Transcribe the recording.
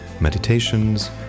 meditations